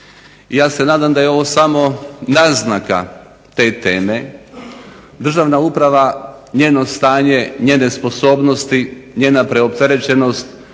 Ja se nadam da je ovo samo naznaka te teme. Državna uprava, njeno stanje, njene sposobnosti, njena preopterećenost,